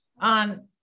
on